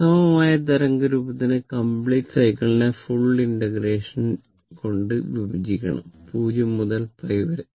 അസമമായ തരംഗ രൂപത്തിന് കമ്പ്ലീറ്റ് സൈക്ലിളിനെ ഫുൾ ഇന്റഗ്രേഷൻ കൊണ്ട് വിഭജിക്കപ്പെടണം 0 മുതൽ π വരെ